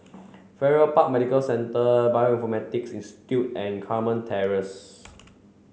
Farrer Park Medical Centre Bioinformaticsis Institute and Carmen Terrace